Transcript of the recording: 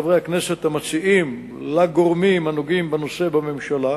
חברי הכנסת המציעים לגורמים הנוגעים בנושא בממשלה,